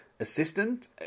assistant